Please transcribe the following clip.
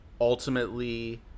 ultimately